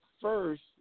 first